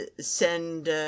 send